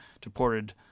deported